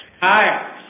hi